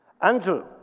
Andrew